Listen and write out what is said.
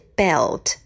belt